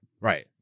right